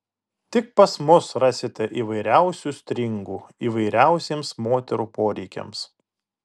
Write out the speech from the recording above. tik pas mus rasite įvairiausių stringų įvairiausiems moterų poreikiams